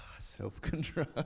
Self-control